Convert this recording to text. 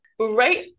Right